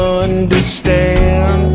understand